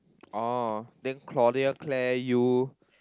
oh then Claudia Claire you